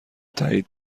تایید